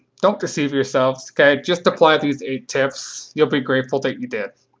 don't deceive yourself, just apply these eight tips, you'll be grateful that you did.